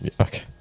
okay